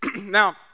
Now